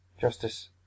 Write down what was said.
justice